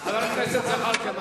חבר הכנסת זחאלקה,